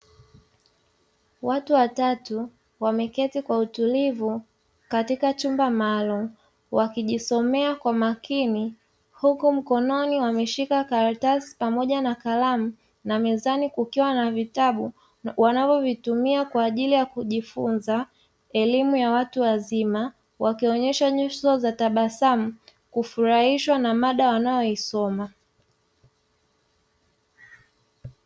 Watu watatu wameketi kwa utulivu katika chumba maalumu wakijisomea kwa makini huku mkononi wameshika karatasi pamoja na kalamu. Na mezani kukiwa na vitabu wanavyovitumia kwa ajili ya kujifunza elimu ya watu wazima, wakionyesha nyuso za tabasamu kufurahishwa na mada wanayoisoma.